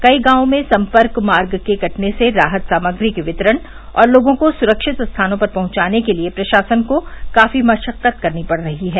कई गांवों में सम्पर्क मार्ग के कटने से राहत सामग्री के वितरण और लोगों को सुरक्षित स्थान पर पहंचाने के लिए प्रशासन को काफी मशक्कत करनी पड़ रही है